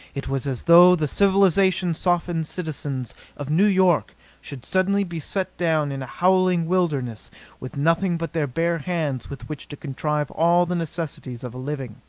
it was as though the civilization-softened citizens of new york should suddenly be set down in a howling wilderness with nothing but their bare hands with which to contrive all the necessities of a living.